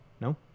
no